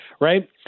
right